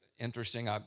interesting